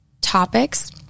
topics